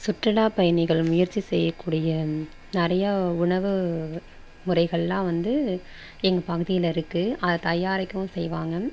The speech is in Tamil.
சுற்றுலாப் பயணிகள் முயற்சி செய்யக் கூடிய நிறையா உணவு முறைகளெலாம் வந்து எங்கள் பகுதியில் இருக்குது அதை தயாரிக்கவும் செய்வாங்க